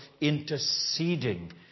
interceding